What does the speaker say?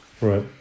right